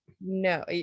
No